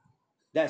that's